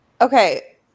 Okay